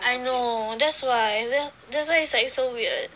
I know that's why then that's why it's like it's so weird